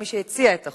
גם מי שהציעה את החוק.